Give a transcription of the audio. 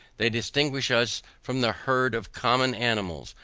they distinguish us from the herd of common animals.